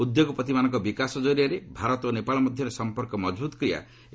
ଉଦ୍ୟୋଗପତିମାନଙ୍କ ବିକାଶ ଜରିଆରେ ଭାରତ ଓ ନେପାଳ ମଧ୍ୟରେ ସମ୍ପର୍କ ମଜବୁତ କରିବା ଏହି